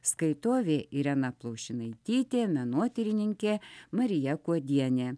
skaitovė irena plaušinaitytė menotyrininkė marija kuodienė